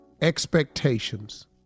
expectations